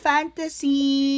Fantasy